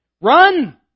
Run